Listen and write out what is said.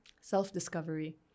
Self-discovery